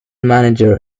manager